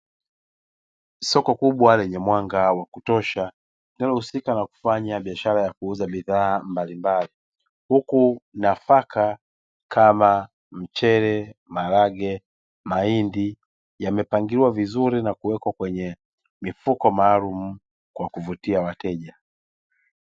Soko kubwa lenye mwanga wa kutosha linalohusika na kufanya biashara ya kuuza bidhaa mbalimbali huku nafaka kama: mchele, maharage, mahindi; yamepangiliwa vizuri na kuwekwa kwenye mifuko maalum kwa kuvutia wateja.